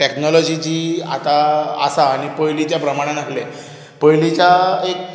technology जी आतां आसा आनी पयलींच्या प्रमाणान आसली पयलींच्या एक